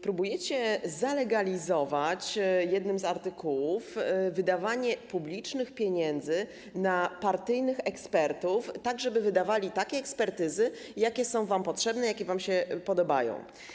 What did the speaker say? Próbujecie zalegalizować jednym z artykułów wydawanie publicznych pieniędzy na partyjnych ekspertów, tak żeby wydawali takie ekspertyzy, jakie są wam potrzebne, jakie wam się podobają.